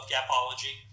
Gapology